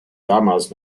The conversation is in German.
damals